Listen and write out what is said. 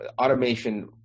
automation